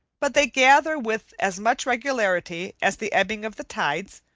but they gather with as much regularity as the ebbing of the tides,